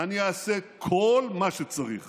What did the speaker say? אני אעשה כל מה שצריך